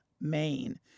Maine